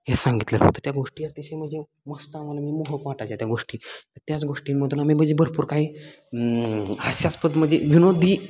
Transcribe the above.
हे सांगितलेलं होतं त्या गोष्टी अतिशय म्हणजे मस्त आम्हाला म्हणजे मोहक वाटायच्या त्या गोष्टी तर त्याच गोष्टींमधून आम्ही म्हणजे भरपूर काही हास्यास्पद म्हणजे विनोदी